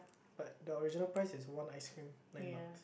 but the original price is one ice cream nine buck